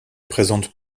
présente